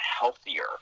healthier